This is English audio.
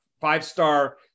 five-star